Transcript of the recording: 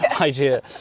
idea